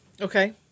Okay